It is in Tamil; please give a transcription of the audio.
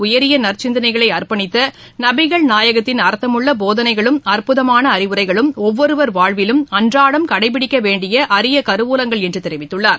உயரிய நற்சிந்தனைகளை அர்ப்பணித்த நபிகள் நாயகத்தின் அர்த்தமுள்ள போதனைகளும் அற்புதமான அறிவுரைகளும் ஒவ்வொருவர் வாழ்விலும் அன்றாட கடைபிடிக்க வேண்டிய அரிய கருவூலங்கள் என்று தெரிவித்துள்ளார்